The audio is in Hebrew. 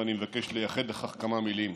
ואני מבקש לייחד לכך כמה מילים.